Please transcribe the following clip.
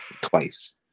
Twice